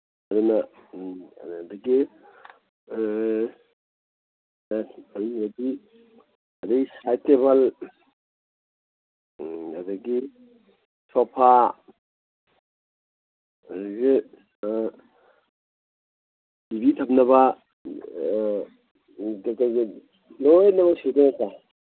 ꯑꯗꯨꯅ ꯎꯝ ꯑꯗꯒꯤ ꯑꯗꯒꯤ ꯁꯥꯏꯠ ꯇꯦꯕꯜ ꯑꯗꯒꯤ ꯁꯣꯐꯥ ꯑꯗꯒꯤ ꯇꯤ ꯚꯤ ꯊꯝꯅꯕ ꯂꯣꯏꯅꯃꯛ ꯁꯨꯗꯣꯏ ꯅꯠꯇ꯭ꯔꯥ